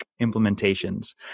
implementations